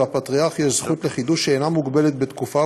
הפטריארך יש זכות לחידוש שאינה מוגבלת בתקופה,